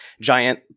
giant